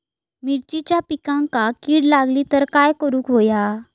मिरचीच्या पिकांक कीड लागली तर काय करुक होया?